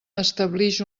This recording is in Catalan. establix